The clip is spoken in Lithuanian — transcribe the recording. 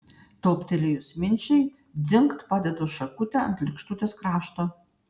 toptelėjus minčiai dzingt padedu šakutę ant lėkštutės krašto